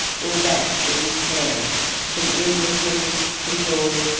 or that of his parents, from illyricum, from gaul,